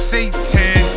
Satan